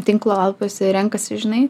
tinklalapiuose ir renkasi žinai